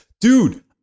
dude